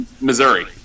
Missouri